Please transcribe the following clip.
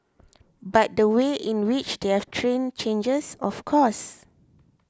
but the way in which they're trained changes of course